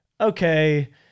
okay